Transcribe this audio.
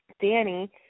Danny